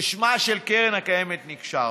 ששמה של הקרן הקיימת נקשר בהם.